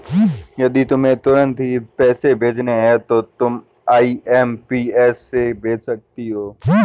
यदि तुम्हें तुरंत ही पैसे भेजने हैं तो तुम आई.एम.पी.एस से भेज सकती हो